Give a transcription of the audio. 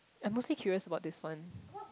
I am mostly curious about this one